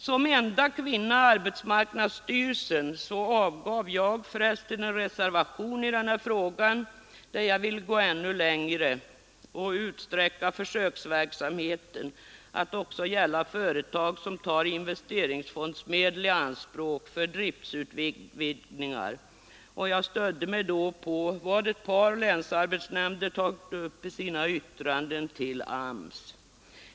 Som enda kvinna i arbetsmarknadsstyrelsen avgav jag förresten en reservation i den här frågan, där jag ville gå ännu längre och utsträcka försöksverksamheten till att också gälla företag som tar investeringsfondsmedel i anspråk för driftutvidgningar. Jag stödde mig då på vad ett par länsarbetsnämnder anfört i sina yttranden till AMS.